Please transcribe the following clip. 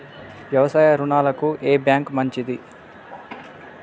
వ్యవసాయ రుణాలకు ఏ బ్యాంక్ మంచిది?